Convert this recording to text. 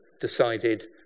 decided